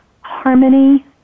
harmony